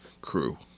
crew